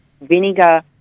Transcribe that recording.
vinegar